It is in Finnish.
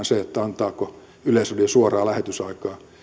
se antaako yleisradio suoraa lähetysaikaa